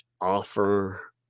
offer